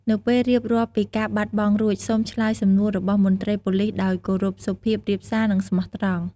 នៅពេលរៀបរាប់ពីការបាត់បង់រួច សូមឆ្លើយសំណួររបស់មន្ត្រីប៉ូលីសដោយ គោរព សុភាពរាបសារ និងស្មោះត្រង់។